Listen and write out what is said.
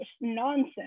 nonsense